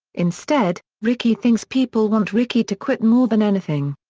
instead, rickey thinks people want rickey to quit more than anything.